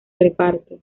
reparto